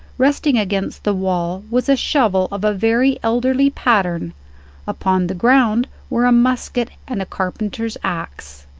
resting against the wall, was a shovel of a very elderly pattern upon the ground were a musket and a carpenter's axe.